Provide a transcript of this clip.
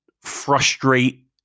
frustrate